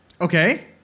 Okay